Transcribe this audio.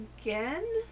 again